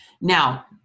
Now